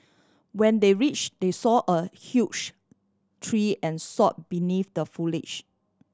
when they reach they saw a huge tree and saw beneath the foliage